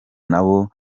nabo